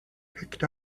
picked